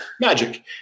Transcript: Magic